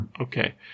okay